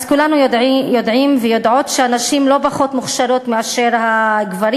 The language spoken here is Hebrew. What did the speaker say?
כולנו יודעים ויודעות שהנשים לא פחות מוכשרות מהגברים.